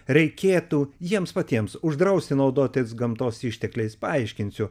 reikėtų jiems patiems uždrausti naudotis gamtos ištekliais paaiškinsiu